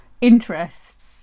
interests